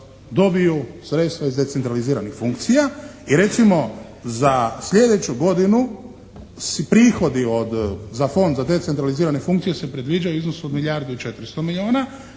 dobiju sredstva iz decentraliziranih funkcija. I recimo, za sljedeću godinu prihodi za Fond za decentralizirane funkcije se predviđa u iznosu od milijardu i 400 milijuna,